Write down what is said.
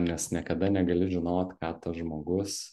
nes niekada negali žinot ką žmogus